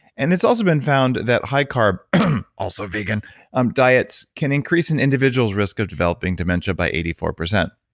and it's also been found that high carb um also vegan um diets can increase an individual's risk of developing dementia by eighty four percent.